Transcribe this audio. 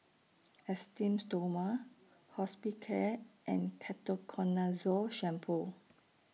Esteem Stoma Hospicare and Ketoconazole Shampoo